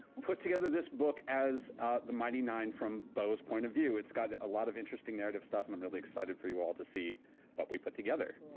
put together this book as the mighty nein, from beau's point of view. it's got a lot of interesting narrative stuff, and i'm really excited for you all to see what we put together.